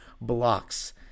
blocks